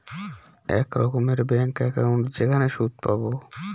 এক রকমের bank account যেখানে সুদ পাবো